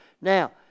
Now